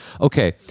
Okay